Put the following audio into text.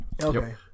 Okay